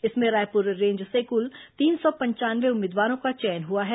इसमें रायपुर रेंज से कुल तीन सौ पंचानवे उम्मीदवारों का चयन हुआ है